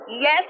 Yes